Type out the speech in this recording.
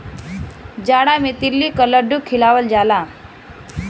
जाड़ा मे तिल्ली क लड्डू खियावल जाला